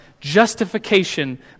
justification